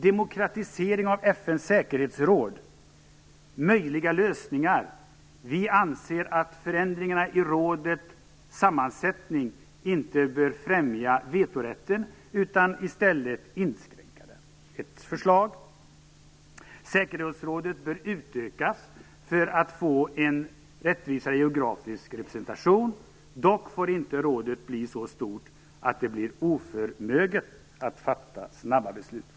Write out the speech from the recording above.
Demokratisering av FN:s säkerhetsråd - möjliga lösningar: Vi anser att förändringarna i rådets sammansättning inte bör främja vetorätten utan i stället inskränka den. Säkerhetsrådet bör utökas för att få en rättvisare geografisk representation. Dock får rådet inte bli så stort att det blir oförmöget att fatta snabba beslut.